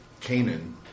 Canaan